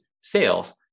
sales